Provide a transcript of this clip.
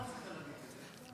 מה רצית להגיד בזה?